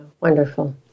Wonderful